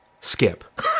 skip